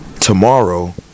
tomorrow